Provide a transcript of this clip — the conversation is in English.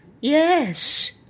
yes